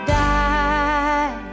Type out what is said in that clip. die